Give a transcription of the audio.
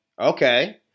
Okay